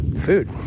food